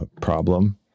problem